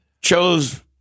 chose